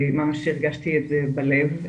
ממש הרגשתי את זה בלב.